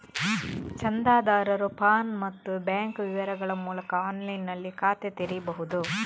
ಚಂದಾದಾರರು ಪಾನ್ ಮತ್ತೆ ಬ್ಯಾಂಕ್ ವಿವರಗಳ ಮೂಲಕ ಆನ್ಲೈನಿನಲ್ಲಿ ಖಾತೆ ತೆರೀಬಹುದು